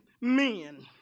Men